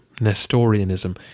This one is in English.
Nestorianism